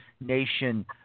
nation